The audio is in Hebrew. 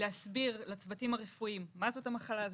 להסביר לצוותים הרפואיים מה זאת המחלה הזאת,